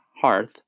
hearth